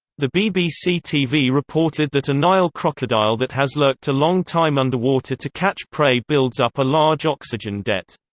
the bbc tv reported that a nile crocodile that has lurked a long time underwater to catch prey builds up a large oxygen debt.